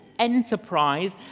Enterprise